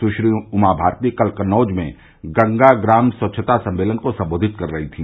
सुश्री उमा भारती कल कन्नौज में गंगा ग्राम स्वव्छता सम्मेलन को संबोधित कर रही थी